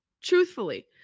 Truthfully